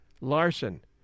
Larson